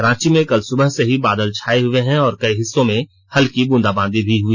रांची में कल सुबह से ही बादल छाए हुए हैं और कई हिस्सों में हल्की ब्रूदाबांदी भी हुई